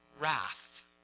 wrath